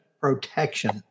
protection